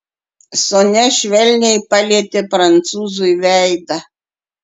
sonia švelniai palietė prancūzui veidą